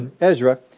Ezra